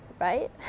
right